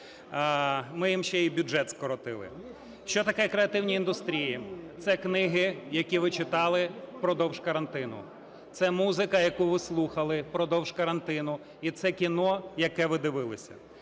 Ми їм ще і бюджет скоротили. Що таке креативні індустрії? Це книги, які ви читали впродовж карантину. Це музика, яку ви слухали впродовж карантину. І це кіно, яке ви дивилися.